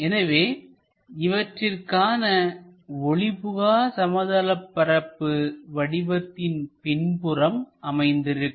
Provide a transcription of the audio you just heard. எனவே இவற்றிற்கான ஒளிபுகா சமதளப் பரப்பு வடிவத்தின் பின்புறம் அமைந்திருக்கும்